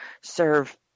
serve